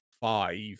five